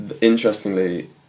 interestingly